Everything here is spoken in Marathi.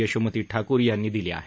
यशोमती ठाकूर यांनी दिली आहे